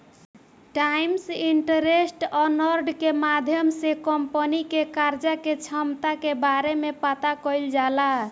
times interest earned के माध्यम से कंपनी के कर्जा के क्षमता के बारे में पता कईल जाला